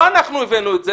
לא אנחנו הבאנו את זה.